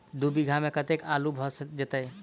दु बीघा मे कतेक आलु भऽ जेतय?